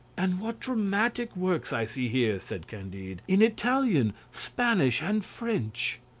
and what dramatic works i see here, said candide, in italian, spanish, and french.